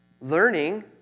Learning